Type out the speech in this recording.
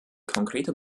konkrete